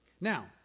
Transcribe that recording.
Now